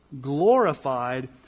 Glorified